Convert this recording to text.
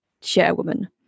chairwoman